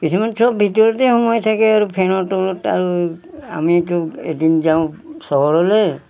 কিছুমান চব ভিতৰতে সোমায় থাকে আৰু ফেনৰ তলত আৰু আমিতো এদিন যাওঁ চহৰলে